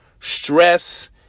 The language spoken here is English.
stress